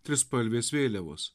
trispalvės vėliavos